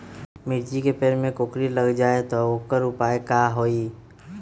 मिर्ची के पेड़ में कोकरी लग जाये त वोकर उपाय का होई?